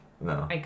No